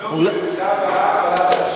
כתוב שבתשעה באב נולד המשיח.